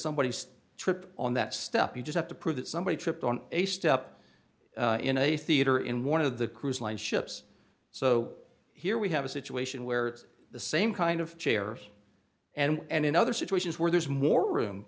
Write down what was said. somebody trip on that stuff you just have to prove that somebody tripped on a step in a theater in one of the cruise lines ships so here we have a situation where it's the same kind of chairs and in other situations where there's more room